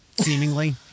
Seemingly